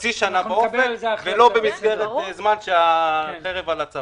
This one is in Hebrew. חצי שנה באופק ולא כאשר יש חרב המונחת על הצוואר.